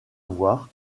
voir